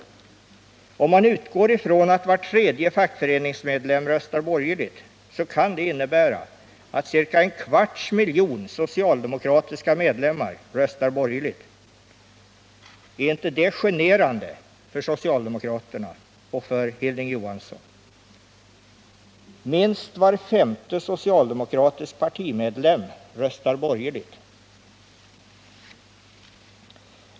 Om man utgår från att var tredje fackföreningsmedlem röstar borgerligt kan denna siffra innebära att ca en kvarts miljon socialdemokratiska medlemmar röstar borgerligt. Är det inte generande för socialdemokraterna och för Hilding Johansson? Minst var femte socialdemokratisk partimedlem röstar borgerligt!